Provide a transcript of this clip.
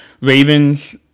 Ravens